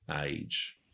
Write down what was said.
age